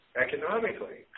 economically